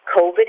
COVID